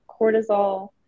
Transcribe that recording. cortisol